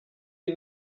iyi